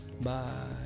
Bye